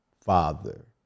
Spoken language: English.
father